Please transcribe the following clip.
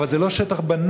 אבל זה לא שטח בנוי.